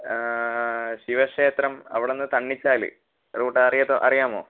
ശിവക്ഷേത്രം അവിടുന്ന് തണ്ണിച്ചാൽ റൂട്ട് അറിയാത്ത് അറിയാമോ